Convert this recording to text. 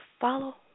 follow